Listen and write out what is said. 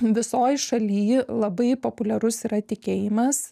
visoj šaly labai populiarus yra tikėjimas